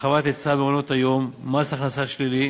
הרחבת היצע מעונות היום, מס הכנסה שלילי,